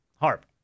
Harp